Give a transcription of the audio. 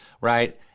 right